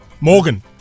Morgan